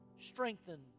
strengthen